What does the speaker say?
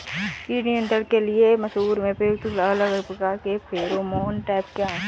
कीट नियंत्रण के लिए मसूर में प्रयुक्त अलग अलग प्रकार के फेरोमोन ट्रैप क्या है?